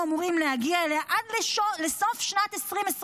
אמורים להגיע אליה עד לסוף שנת 2024,